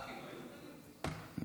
עיראקים היו?